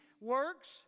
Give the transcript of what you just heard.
works